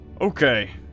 Okay